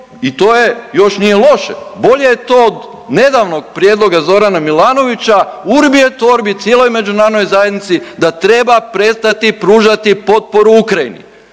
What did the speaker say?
I to je, još nije loše. Bolje je to od nedavnog prijedloga Zorana Milanovića Urbi Et Orbi cijeloj međunarodnoj zajednici da treba prestati pružati potporu Ukrajini.